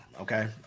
Okay